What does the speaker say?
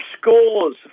scores